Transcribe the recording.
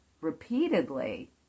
repeatedly